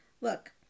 Look